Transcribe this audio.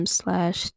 slash